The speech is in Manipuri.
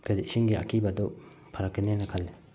ꯀꯔꯤ ꯏꯁꯤꯡꯒꯤ ꯑꯀꯤꯕꯗꯨ ꯐꯔꯛꯀꯅꯦꯅ ꯈꯜꯂꯤ